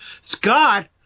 Scott